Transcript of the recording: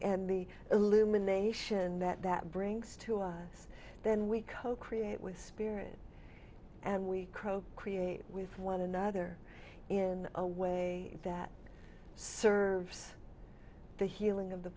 and me illumination that that brings to us then we co create with spirit and we croak create with one another in a way that serves the healing of the